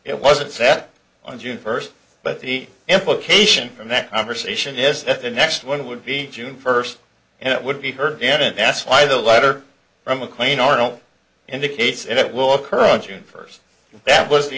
it wasn't sat on june first but the implication from that conversation is that the next one would be june first and it would be her dad and that's why the letter from a clean or don't indicates it will occur on june first that was the